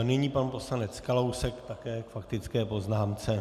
Nyní pan poslanec Kalousek také k faktické poznámce.